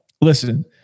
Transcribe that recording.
listen